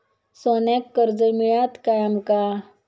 सोन्याक कर्ज मिळात काय आमका?